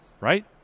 right